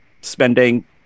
spending